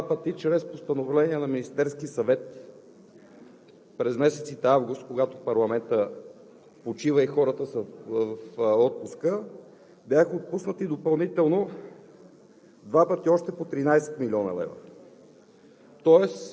Бяха отпуснати 500 милиона. След това два пъти чрез постановления на Министерския съвет през месец август, когато парламентът почива и хората са в отпуска, бяха отпуснати допълнително